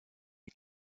est